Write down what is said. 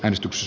äänestys